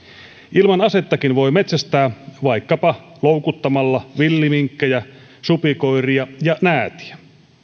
ilman asettakin voi metsästää vaikkapa loukuttamalla villiminkkejä supikoiria ja näätiä